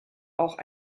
auch